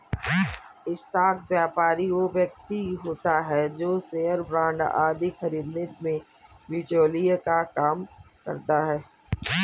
stock व्यापारी वो व्यक्ति होता है जो शेयर बांड आदि खरीदने में बिचौलिए का काम करता है